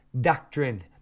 doctrine